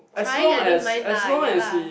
trying I don't mind lah ya lah